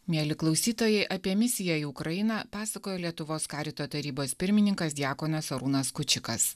mieli klausytojai apie misiją į ukrainą pasakojo lietuvos karito tarybos pirmininkas diakonas arūnas kučikas